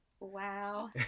Wow